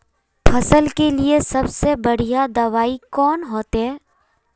फसल के लिए सबसे बढ़िया दबाइ कौन होते?